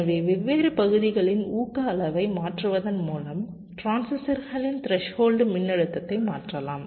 எனவே வெவ்வேறு பகுதிகளின் ஊக்க அளவை மாற்றுவதன் மூலம் டிரான்சிஸ்டர்களின் த்ரெஸ்ஹோல்டு மின்னழுத்தத்தை மாற்றலாம்